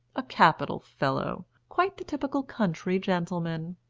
a capital fellow, quite the typical country gentleman.